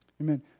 Amen